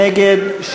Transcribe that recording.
נגד,